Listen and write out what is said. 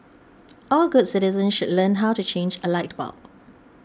all good citizens should learn how to change a light bulb